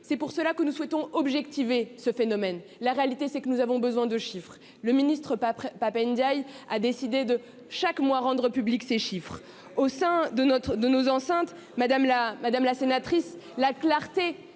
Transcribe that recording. c'est pour cela que nous souhaitons objectiver ce phénomène, la réalité c'est que nous avons besoin de chiffres, le ministre pas prêt PAP NDiaye a décidé de chaque mois, rendre publics ces chiffres au sein de notre de nos enceintes madame la madame la sénatrice, la clarté,